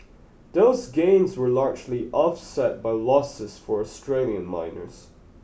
those gains were largely offset by losses for Australian miners